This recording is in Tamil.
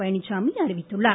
பழனிச்சாமி என அறிவித்துள்ளார்